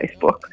Facebook